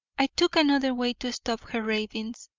i took another way to stop her ravings.